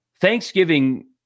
Thanksgiving